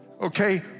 okay